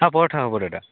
হা পৰঠা হ'ব দাদা